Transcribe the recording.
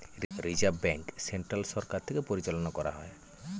reserve bank central সরকার থেকে পরিচালনা করা হয়